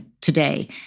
today